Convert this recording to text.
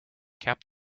cap